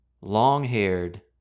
long-haired